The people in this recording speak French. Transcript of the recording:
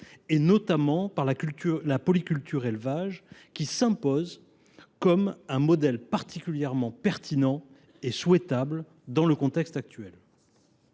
notamment par la polyculture élevage, qui s’impose comme un modèle particulièrement pertinent et souhaitable dans le contexte actuel.